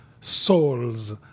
souls